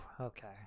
Okay